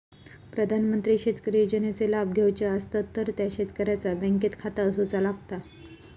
प्रधानमंत्री शेतकरी योजनेचे लाभ घेवचो असतात तर त्या शेतकऱ्याचा बँकेत खाता असूचा लागता